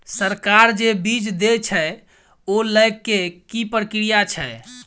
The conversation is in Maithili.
सरकार जे बीज देय छै ओ लय केँ की प्रक्रिया छै?